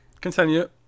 Continue